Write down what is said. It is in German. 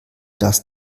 das